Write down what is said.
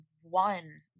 one